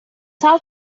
sol